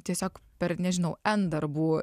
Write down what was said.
tiesiog per nežinau en darbų